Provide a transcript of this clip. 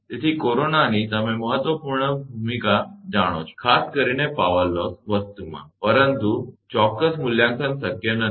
તેથી કોરોના ની તમે મહત્વપૂર્ણ નોંધપાત્ર ભૂમિકા જાણો છો ખાસ કરીને પાવર લોસ વસ્તુમાં પરંતુ ચોક્કસ મૂલ્યાંકન શક્ય નથી